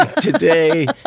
Today